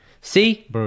See